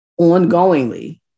ongoingly